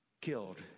killed